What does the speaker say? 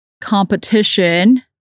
competition